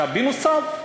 בנוסף,